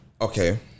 Okay